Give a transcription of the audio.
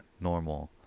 normal